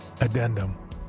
Addendum